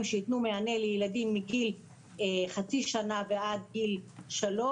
שייתנו מענה לילדים מגיל חצי שנה ועד גיל שלוש,